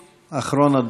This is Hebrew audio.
חבר הכנסת אחמד טיבי,